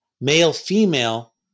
male-female